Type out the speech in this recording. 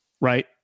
right